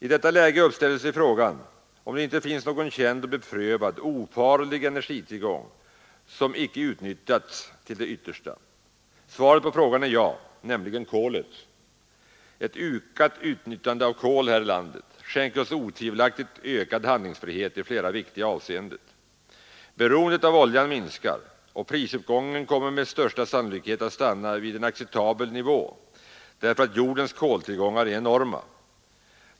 I detta läge uppställer sig frågan om det icke finns någon känd och beprövad ofarlig energitillgång, som icke utnyttjas till det yttersta. Svaret på frågan är ja, nämligen kolet. Ett ökat utnyttjande av kol här i landet skänker oss otvivelaktigt ökad handlingsfrihet i flera viktiga avseenden. Beroendet av oljan minskar och prisuppgången kommer med största sannolikhet att stanna vid en acceptabel nivå, därför att jordens koltillgångar är enorma.